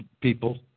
people